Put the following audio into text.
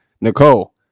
nicole